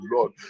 Lord